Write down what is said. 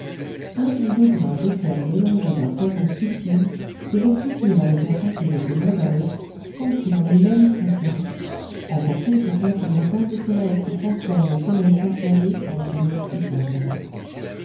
un ou deux grains d'opium mélangé d'un poison subtil devaient suffire à le faire passer de ce monde à l'autre sans qu'il en eût même conscience emporté peut-être dans un de ces rêves qui transforment le sommeil passager en sommeil éternel